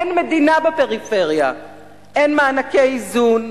אין מדינה בפריפריה, אין מענקי איזון,